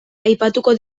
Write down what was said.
aipatuko